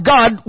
God